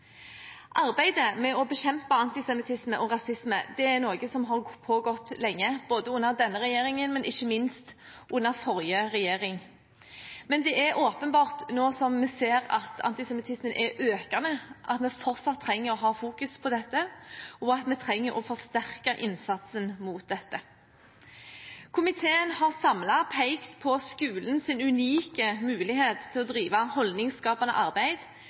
Arbeidet med å bekjempe antisemittisme og rasisme er noe som har pågått lenge, både under denne regjeringen og under forrige regjering. Men det er åpenbart, nå som vi ser at antisemittismen er økende, at vi fortsatt trenger å ha fokus på dette, og at vi trenger å forsterke innsatsen mot dette. Komiteen har samlet pekt på skolens unike mulighet til å drive holdningsskapende arbeid,